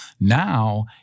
Now